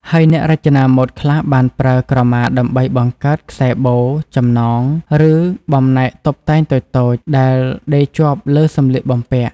ហើយអ្នករចនាម៉ូដខ្លះបានប្រើក្រមាដើម្បីបង្កើតខ្សែបូ ចំណង ឬបំណែកតុបតែងតូចៗដែលដេរជាប់លើសម្លៀកបំពាក់។